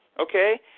okay